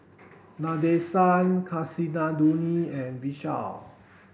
Nadesan Kasinadhuni and Vishal